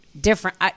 different